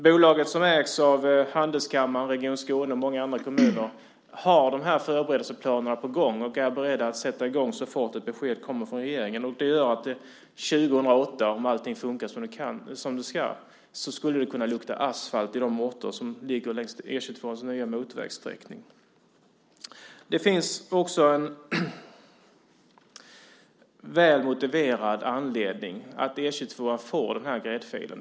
Bolaget som ägs av Handelskammaren Region Skåne och många andra kommuner har de här förberedelseplanerna på gång och är beredda att sätta i gång så fort ett besked kommer från regeringen. Det gör att det 2008, om allt fungerar som det ska, skulle kunna lukta asfalt i de orter som ligger längs E 22:ans nya motorvägssträckning. Det finns också en väl motiverad anledning till att E 22:an får den här gräddfilen.